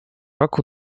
roku